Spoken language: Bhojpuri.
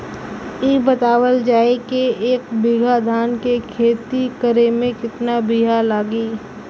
इ बतावल जाए के एक बिघा धान के खेती करेमे कितना बिया लागि?